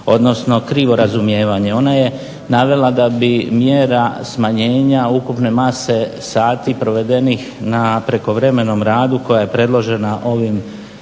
odnosno krivo razumijevanje. Ona je navela da bi mjera smanjenja ukupne mase sati provedenih na prekovremenom radu koja je predložena ovim